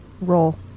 roll